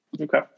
okay